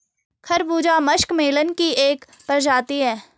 खरबूजा मस्कमेलन की एक प्रजाति है